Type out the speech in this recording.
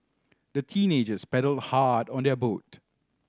the teenagers paddled hard on their boat